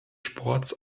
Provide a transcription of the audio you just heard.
sports